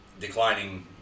declining